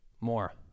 more